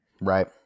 Right